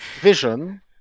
vision